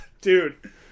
Dude